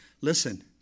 listen